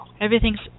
everything's